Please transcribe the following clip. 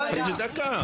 תן לי דקה.